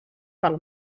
pel